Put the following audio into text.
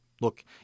Look